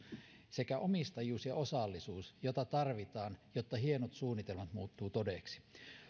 sekä omistajuus ja osallisuus joita tarvitaan jotta hienot suunnitelmat muuttuvat todeksi